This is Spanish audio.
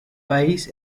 país